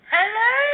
Hello